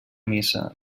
missa